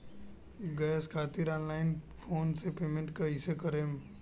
Gas खातिर online phone से payment कैसे करेम?